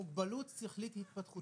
מוגבלות שכלית התפתחותית.